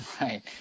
right